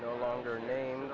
no longer names